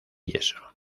yeso